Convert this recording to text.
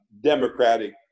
democratic